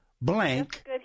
blank